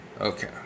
okay